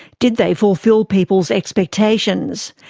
did they fulfil people's expectations?